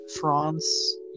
France